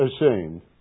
ashamed